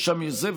ושם יש זה,